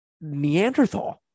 Neanderthal